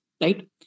right